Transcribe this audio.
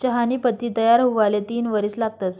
चहानी पत्ती तयार हुवाले तीन वरीस लागतंस